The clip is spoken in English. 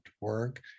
work